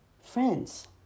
friends